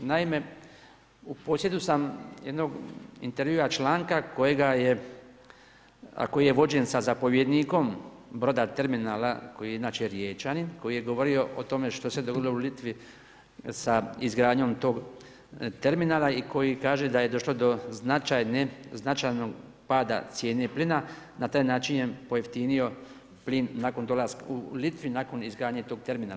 Naime, u posjedu sam jednog intervjua članka, a koji je vođen sa zapovjednikom broda terminala koji je inače Riječanin koji je govorio o tome što se dogodilo u Litvi sa izgradnjom tog terminala i koji kaže da je došlo do značajnog pada cijene plina, na taj način je pojeftinio plin nakon toga u Litvi nakon izgradnje tog terminala.